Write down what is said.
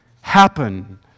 happen